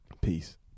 Peace